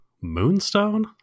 Moonstone